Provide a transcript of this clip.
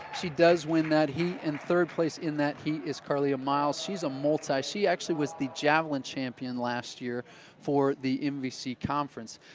she does win that heat in third place in that heat is carlea miles. she's a multi-she actually was the javelin champion last year for the nbc conference.